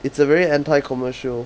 it's a very anti commercial